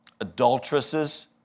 adulteresses